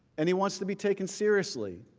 and he wants to be taken seriously.